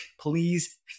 Please